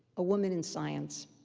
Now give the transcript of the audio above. a woman in science.